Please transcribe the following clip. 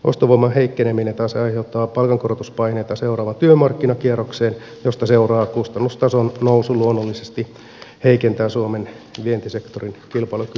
ostovoiman heikkeneminen taas aiheuttaa palkankorotuspaineita seuraavaan työmarkkinakierrokseen josta seuraava kustannustason nousu luonnollisesti heikentää suomen vientisektorin kilpailukykyä